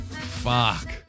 Fuck